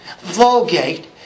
Vulgate